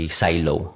silo